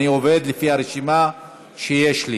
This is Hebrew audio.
אני עובד לפי הרשימה שיש לי,